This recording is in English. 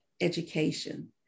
education